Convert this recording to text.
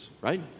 Right